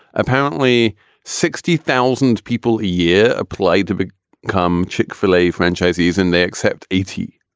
apparently sixty thousand people a year applied to but come chick-fil-a franchisees and they accept eighty,